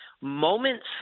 moments